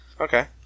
Okay